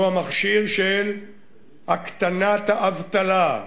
הוא המכשיר של הקטנת האבטלה.